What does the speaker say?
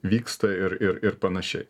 vyksta ir ir ir panašiai